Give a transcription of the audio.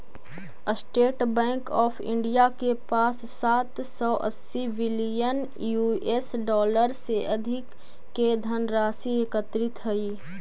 state Bank of India के पास सात सौ अस्सी बिलियन यूएस डॉलर से अधिक के धनराशि एकत्रित हइ